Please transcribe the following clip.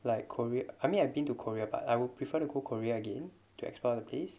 like korea I mean I've been to korea but I will prefer to go korea again to explore the place